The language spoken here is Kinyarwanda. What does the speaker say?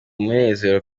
munezero